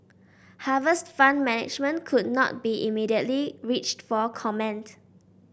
Harvest Fund Management could not be immediately reached for comment